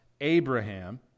Abraham